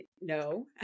no